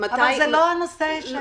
אבל זה לא מה שהעיב על הנושא.